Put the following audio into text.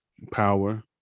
power